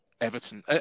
Everton